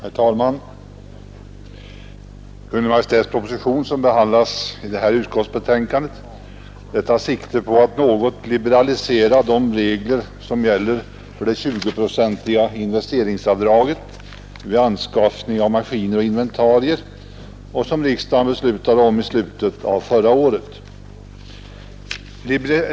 Herr talman! Den Kungl. Maj:ts proposition som behandlas i det här utskottsbetänkandet tar sikte på att något liberalisera de regler som gäller för det 20-procentiga investeringsavdraget vid anskaffning av maskiner och inventarier och som riksdagen beslutade om i slutet av förra året.